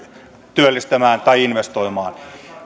työllistämään tai investoimaan